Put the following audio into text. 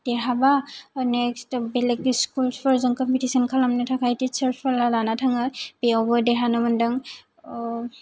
देरहाबा next बेलेग स्कुलसफोरजों competition खालामनो थाखाय टिचार्सफोरा लानान थाङो बेयावबो देरहानो मोनदों अ